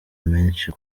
menshi